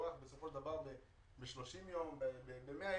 יוארך בסופו של דבר ב-30 ימים או ב-100 ימים,